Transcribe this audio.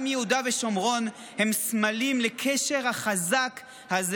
גם יהודה ושומרון הם סמלים לקשר החזק הזה.